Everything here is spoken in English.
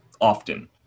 often